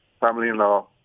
family-in-law